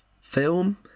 film